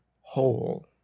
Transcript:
whole